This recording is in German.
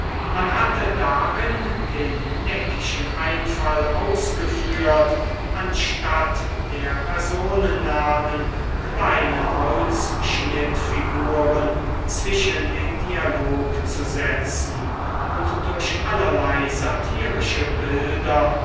man hatte darin den neckischen einfall ausgeführt anstatt der personennamen kleine holzschnittfiguren zwischen den dialog zu setzen und durch allerlei satirische bilder